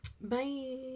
Bye